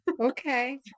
Okay